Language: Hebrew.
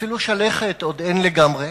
ואפילו שלכת עוד אין לגמרי.